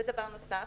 זה דבר נוסף.